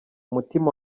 umutima